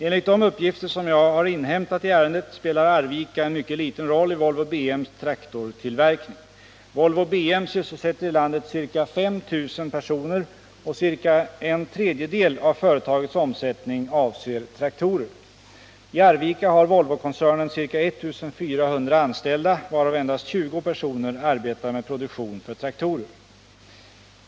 Enligt de uppgifter som jag har inhämtat i ärendet spelar Arvika en mycket liten roll i Volvo BM:s traktortillverkning. Volvo BM sysselsätter i landet ca 5 000 personer, och ca en tredjedel av företagets omsättning avser traktorer. I Arvika har Volvokoncernen ca 1400 anställda, varav endast 20 personer arbetar med produktion för traktorer.